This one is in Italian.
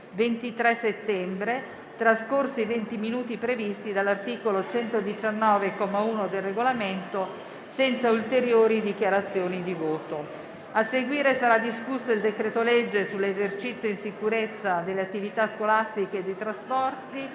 23 settembre, trascorsi i 20 minuti previsti dall'articolo 119, comma 1, del Regolamento, senza ulteriori dichiarazioni di voto. A seguire sarà discusso il decreto-legge sull'esercizio in sicurezza delle attività scolastiche e dei trasporti,